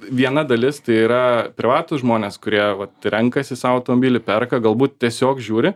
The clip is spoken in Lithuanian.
viena dalis tai yra privatūs žmonės kurie vat renkasi sau automobilį perka galbūt tiesiog žiūri